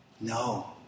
No